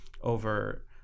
over